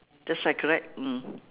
that's right correct mm